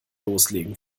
loslegen